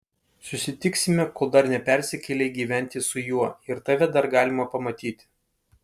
susitiksime kol dar nepersikėlei gyventi su juo ir tave dar galima pamatyti